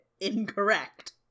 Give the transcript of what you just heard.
Incorrect